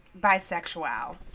bisexual